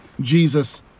Jesus